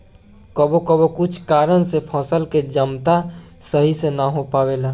कबो कबो कुछ कारन से फसल के जमता सही से ना हो पावेला